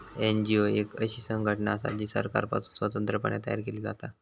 NGO एक अशी संघटना असा जी सरकारपासुन स्वतंत्र पणे तयार केली जाता